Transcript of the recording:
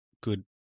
Good